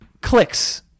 Clicks